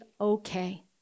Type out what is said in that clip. okay